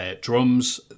Drums